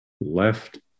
left